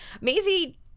Maisie